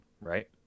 right